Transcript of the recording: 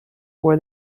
there